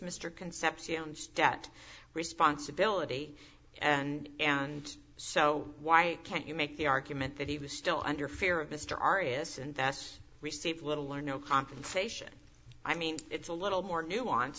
stet responsibility and and so why can't you make the argument that he was still under fear of mr arias and that's receive little or no compensation i mean it's a little more nuance